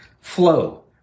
flow